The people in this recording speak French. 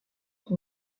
sont